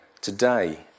today